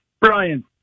Brian